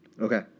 Okay